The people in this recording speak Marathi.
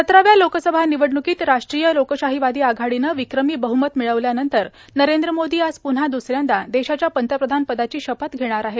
सतराव्या लोकसभा निवडणुकीत राष्ट्रीय लोकशाहीवादी आघाडीनं विक्रमी बहमत मिळविल्यानंतर नरेंद्र मोदी आज प्न्हा द्सऱ्यांदा देशाच्या पंतप्रधानपदाची शपथ घेणार आहेत